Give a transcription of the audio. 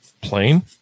plane